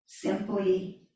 Simply